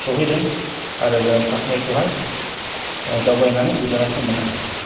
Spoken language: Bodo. सहैदों आरो जों कासमिरखौहाय दावबायनानै गोजोननायखौ मोननो हादों